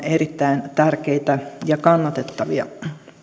erittäin tärkeitä ja kannatettavia